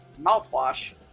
Mouthwash